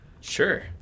sure